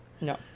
no